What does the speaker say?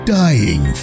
dying